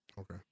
Okay